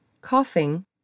coughing